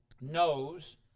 knows